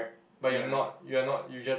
but you are not you are not you just